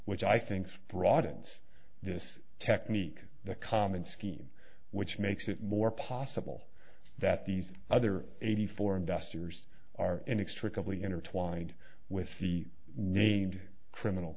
which i think have brought into this technique the common scheme which makes it more possible that these other eighty four investors are inextricably intertwined with the named criminal